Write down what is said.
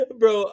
bro